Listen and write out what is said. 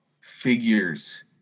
figures